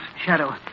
Shadow